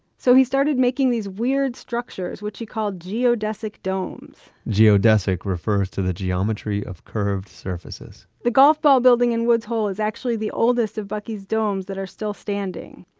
so he started making these weird structures which he called geodesic domes. geodesic refers to the geometry of curved surfaces. the golf ball building in woods hole is actually the oldest of bucky's domes that are still standing.